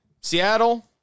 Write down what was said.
Seattle